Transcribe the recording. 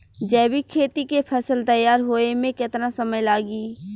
जैविक खेती के फसल तैयार होए मे केतना समय लागी?